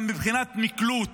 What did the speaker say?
גם מבחינת מקלוט